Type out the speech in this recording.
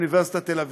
באוניברסיטת תל אביב.